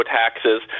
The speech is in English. taxes